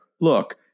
look